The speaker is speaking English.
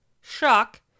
shock